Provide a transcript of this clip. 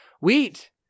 Wheat